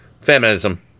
Feminism